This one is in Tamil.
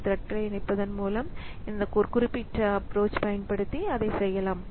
இந்த த்ரெட்களை இணைப்பதன் மூலம் இந்த குறிப்பிட்ட அப்ரோச் பயன்படுத்தி அதைச் செய்யலாம்